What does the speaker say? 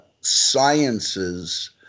sciences